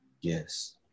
Yes